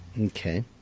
Okay